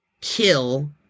kill